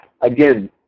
again